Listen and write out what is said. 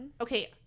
Okay